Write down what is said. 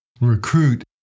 Recruit